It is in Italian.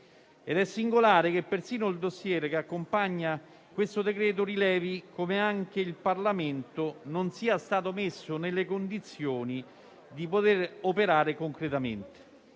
È singolare che persino il *dossier* che accompagna il provvedimento rilevi come anche il Parlamento non sia stato messo nelle condizioni di poter operare concretamente.